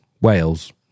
Wales